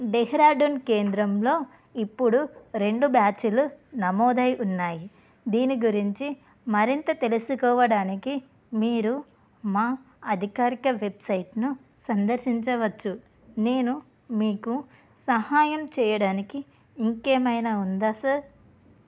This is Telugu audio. డెహ్రాడూన్ కేంద్రంలో ఇప్పుడు రెండు బ్యాచులు నమోదై ఉన్నాయి దీని గురించి మరింత తెలుసుకోవడానికి మీరు మా అధికారిక వెబ్సైట్ను సందర్శించవచ్చు నేను మీకు సహాయం చేయడానికి ఇంకేమైనా ఉందా సర్